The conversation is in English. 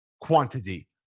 quantity